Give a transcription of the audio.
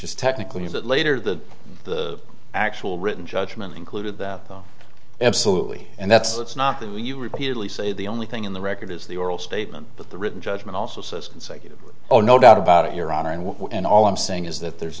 is technically a bit later that the actual written judgment included that absolutely and that's that's not the way you repeatedly say the only thing in the record is the oral statement but the written judgment also says consecutive oh no doubt about it your honor and all i'm saying is that there's